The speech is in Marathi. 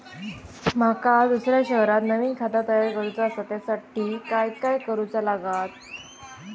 माका दुसऱ्या शहरात नवीन खाता तयार करूचा असा त्याच्यासाठी काय काय करू चा लागात?